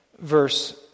verse